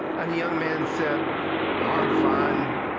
and the young man said um i'm fine.